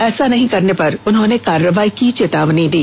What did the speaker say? ऐसा नहीं करने पर उन्होंने कार्रवाई करने की चेतावनी भी दी